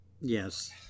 Yes